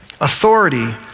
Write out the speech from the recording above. authority